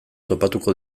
topatuko